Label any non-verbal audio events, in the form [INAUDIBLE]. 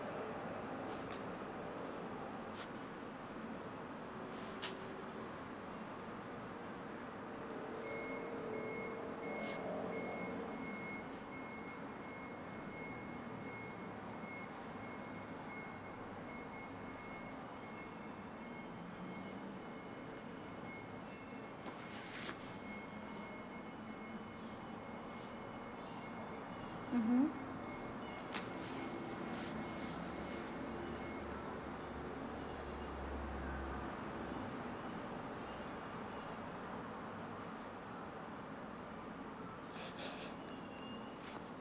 [BREATH] mmhmm [BREATH]